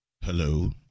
hello